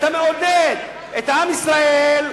אתה מעודד את עם ישראל,